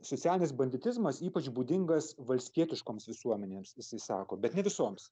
socialinis banditizmas ypač būdingas valstietiškoms visuomenėms jisai sako bet ne visoms